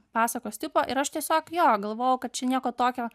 pasakos tipo ir aš tiesiog jo galvojau kad čia nieko tokio